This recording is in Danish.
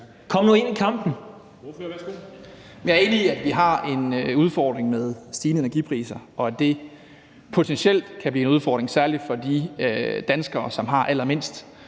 Madsen (S): Jeg er enig i, at vi har en udfordring med stigende energipriser, og at det potentielt kan blive en udfordring, særlig for de danskere, som har allermindst